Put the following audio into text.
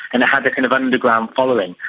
and it had a kind of underground following.